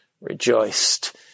Rejoiced